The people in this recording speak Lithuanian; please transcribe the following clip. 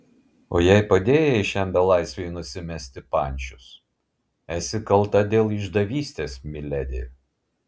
o jei padėjai šiam belaisviui nusimesti pančius esi kalta dėl išdavystės miledi